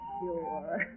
sure